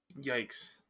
Yikes